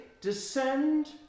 descend